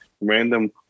random